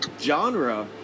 genre